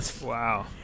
wow